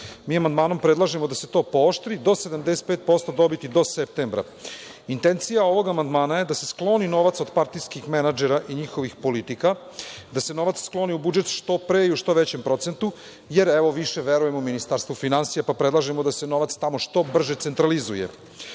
Mi amandmanom predlažemo da se to pooštri do 75% do septembra. Intencija ovog amandmana je da se skloni novac od partijskih menadžera i njihovih politika, da se novac skloni u budžet što pre i u što većem procentu, jer više verujemo Ministarstvu finansija, pa predlažemo da se novac tamo što brže centralizuje. Primer,